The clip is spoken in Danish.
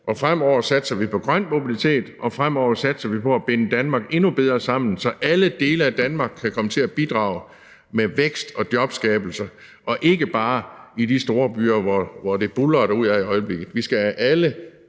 vi fremover satser på grøn mobilitet, og at vi fremover satser på at binde Danmark endnu bedre sammen, så alle dele af Danmark kan komme til at bidrage med vækst og jobskabelse, og ikke bare i de store byer, hvor det buldrer derudad i øjeblikket. Vi skal have alle